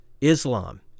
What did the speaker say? Islam